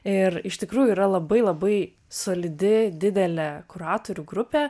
ir iš tikrųjų yra labai labai solidi didelė kuratorių grupė